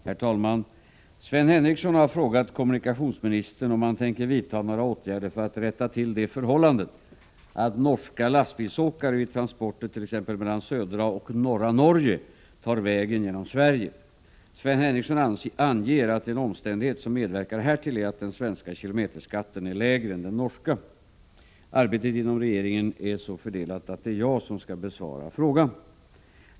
Herr talman! Sven Henricsson har frågat kommunikationsministern om han tänker vidta några åtgärder för att rätta till det förhållandet att norska lastbilsåkare vid transporter t.ex. mellan södra och norra Norge tar vägen genom Sverige. Sven Henricsson anger att en omständighet som medverkar härtill är att den svenska kilometerskatten är lägre än den norska. Arbetet inom regeringen är så fördelat att det är jag som skall besvara frågan.